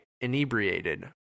inebriated